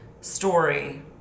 story